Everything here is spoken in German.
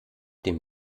dem